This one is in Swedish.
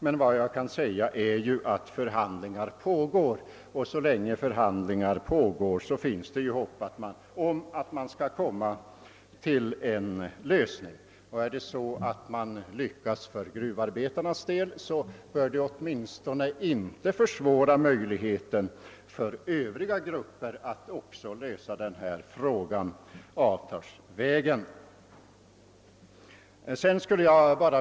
Men förhandlingar pågår, och så länge finns det förhoppningar om att man skall komma fram till en lösning. Om detta lyckas för gruvarbetarnas del, bör det i varje fall inte försämra möjligheterna för övriga grupper att lösa denna fråga på avtalsvägen.